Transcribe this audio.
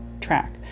track